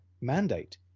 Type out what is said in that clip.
mandate